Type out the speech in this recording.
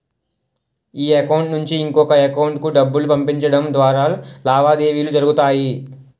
ఈ అకౌంట్ నుంచి ఇంకొక ఎకౌంటుకు డబ్బులు పంపించడం ద్వారా లావాదేవీలు జరుగుతాయి